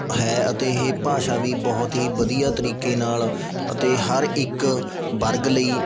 ਹੈ ਅਤੇ ਇਹ ਭਾਸ਼ਾ ਵੀ ਬਹੁਤ ਹੀ ਵਧੀਆ ਤਰੀਕੇ ਨਾਲ ਅਤੇ ਹਰ ਇੱਕ ਵਰਗ ਲਈ